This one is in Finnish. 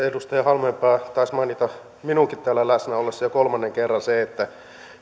edustaja halmeenpää taisi mainita minunkin täällä läsnä ollessani jo kolmannen kerran sen että